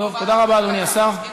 תודה רבה, אדוני השר.